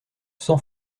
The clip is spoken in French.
sans